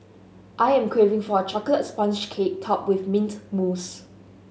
I am craving for a chocolate sponge cake topped with mint mousse